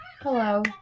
Hello